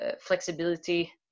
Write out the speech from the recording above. flexibility